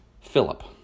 Philip